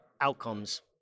outcomes